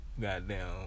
goddamn